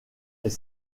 est